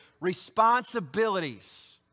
responsibilities